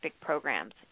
programs